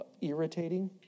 irritating